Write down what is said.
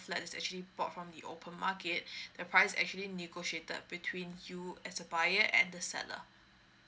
flat that is actually bought from the open market the price is actually negotiated between you as a buyer and the seller